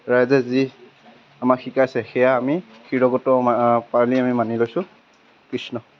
ৰাইজে যি আমাক শিকাইছে সেয়া আমি শিৰগত পাৰি আমি মানি লৈছোঁ কৃষ্ণ